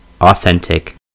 authentic